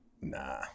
Nah